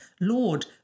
Lord